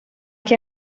che